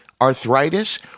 arthritis